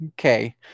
Okay